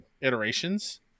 iterations